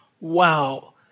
Wow